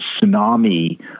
tsunami